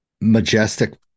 majestic